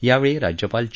यावेळी राज्यपाल चे